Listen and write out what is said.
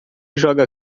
joga